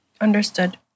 Understood